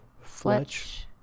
Fletch